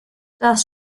das